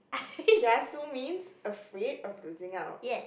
kiasu means afraid of losing out